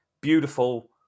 beautiful